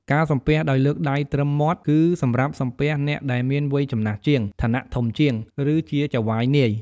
ការសំពះដោយលើកដៃត្រឹមមាត់ គឺសម្រាប់សំពះអ្នកដែលមានវ័យចំណាស់ជាង ឋានៈធំជាង ឬជាចៅហ្វាយនាយ។